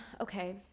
okay